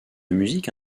musique